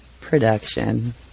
production